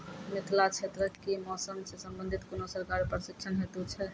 मिथिला क्षेत्रक कि मौसम से संबंधित कुनू सरकारी प्रशिक्षण हेतु छै?